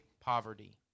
poverty